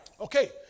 Okay